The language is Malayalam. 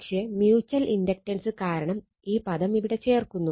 പക്ഷെ മ്യൂച്ചൽ ഇൻഡക്റ്റൻസ് കാരണം ഈ പദം ഇവിടെ ചേർക്കുന്നു